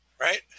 right